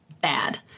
bad